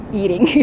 eating